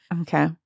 Okay